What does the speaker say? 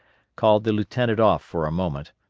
called the lieutenant off for a moment.